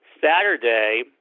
Saturday